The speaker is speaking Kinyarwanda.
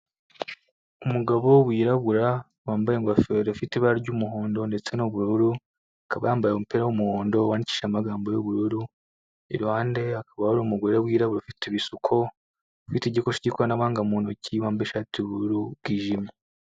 Umugabo wirabura wambaye ingofero ifite ibara ry'umuhondo ndetse in'ubururu akaba yambaye umupira w'umuhondo wandikishije amagambo y'ubururu iruhande hakaba hari umugore wirabura ufite ibisuko ufite igikoresho cy'ikoranabuhanga mu ntoki wambaye ishati y'ubururu bwijimye.